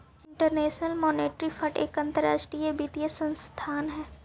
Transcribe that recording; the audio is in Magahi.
इंटरनेशनल मॉनेटरी फंड एक अंतरराष्ट्रीय वित्तीय संस्थान हई